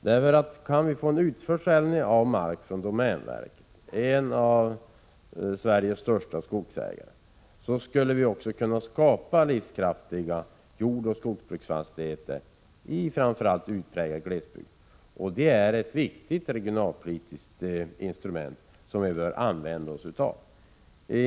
Kan vi få till stånd en utförsäljning av mark från domänverket — en av Sveriges största skogsägare — skulle vi också kunna skapa livskraftiga jordoch skogsbruksfastigheter i framför allt utpräglad glesbygd. Det är ett viktigt regionalpolitiskt instrument, som vi bör använda oss av.